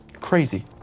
Crazy